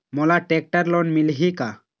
मोला tractor loan मिलही का?